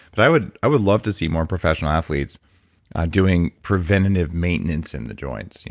but i would i would love to see more professional athletes doing preventative maintenance in the joints.